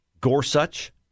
Gorsuch